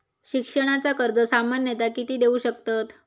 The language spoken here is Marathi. शिक्षणाचा कर्ज सामन्यता किती देऊ शकतत?